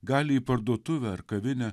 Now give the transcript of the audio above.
gali į parduotuvę ar kavinę